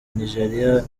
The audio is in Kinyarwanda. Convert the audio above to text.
nigeria